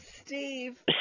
Steve